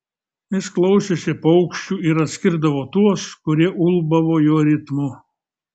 jis klausėsi paukščių ir atskirdavo tuos kurie ulbavo jo ritmu